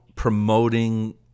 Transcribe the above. promoting